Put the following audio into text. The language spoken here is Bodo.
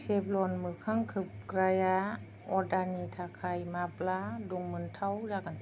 सेभल'न मोखां खोबग्राया अर्डारनि थाखाय माब्ला दंमोनथाव जागोन